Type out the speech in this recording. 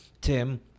Tim